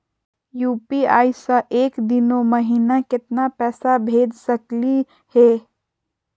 UPI स एक दिनो महिना केतना पैसा भेज सकली हे?